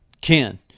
ken